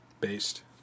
Based